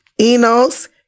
Enos